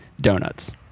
donuts